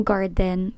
Garden